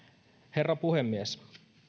herra puhemies